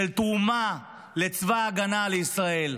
של תרומה לצבא ההגנה לישראל,